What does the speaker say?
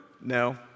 No